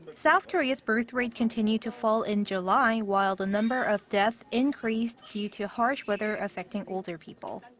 south korea's birth rate continued to fall in july while the number of deaths increased due to harsh weather affecting older people.